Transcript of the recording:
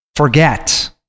forget